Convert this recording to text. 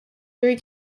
three